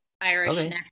Irish